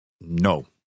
No